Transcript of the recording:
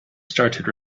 started